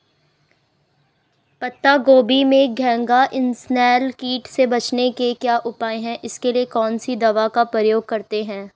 पत्ता गोभी में घैंघा इसनैल कीट से बचने के क्या उपाय हैं इसके लिए कौन सी दवा का प्रयोग करते हैं?